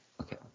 Okay